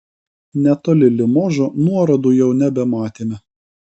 netoli limožo nuorodų jau nebematėme